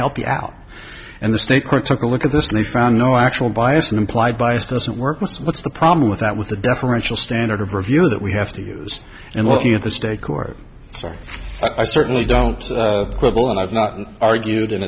help you out and the state court took a look at this and they found no actual bias and implied bias doesn't work with what's the problem with that with the deferential standard of review that we have to use in looking at the state court so i certainly don't quibble and i've not argued and